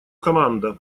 команда